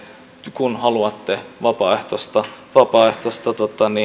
kun haluatte vapaaehtoista vapaaehtoista